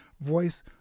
voice